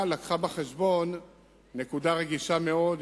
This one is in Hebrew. אבל הביאה בחשבון נקודה רגישה מאוד,